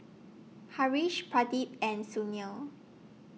Haresh Pradip and Sunil